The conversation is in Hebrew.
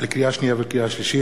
לקריאה שנייה ולקריאה שלישית: